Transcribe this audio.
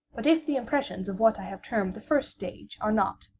but if the impressions of what i have termed the first stage, are not,